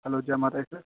hello जै माता दी सर